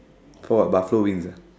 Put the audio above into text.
for what Buffalo wings ah